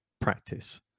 practice